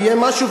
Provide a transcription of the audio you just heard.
יהיה משהו,